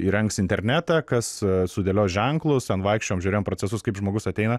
įrengs internetą kas sudėlios ženklus ten vaikščiojom žiūrėjom procesus kaip žmogus ateina